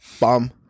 Bum